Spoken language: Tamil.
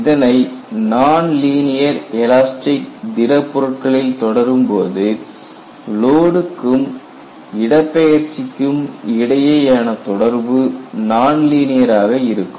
இதனை நான் லீனியர் எலாஸ்டிக் திடப் பொருட்களில் தொடரும்போது லோடுக்கும் இடப்பெயர்ச்சிக்கும் இடையேயான தொடர்பு நான்லீனியர் ஆக இருக்கும்